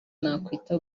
nakwita